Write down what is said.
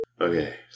Okay